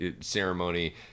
ceremony